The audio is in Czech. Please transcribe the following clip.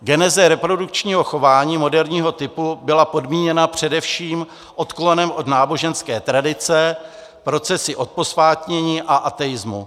Geneze reprodukčního chování moderního typu byla podmíněna především odklonem od náboženské tradice, procesy odposvátnění a ateismu.